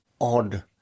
odd